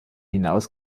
hinaus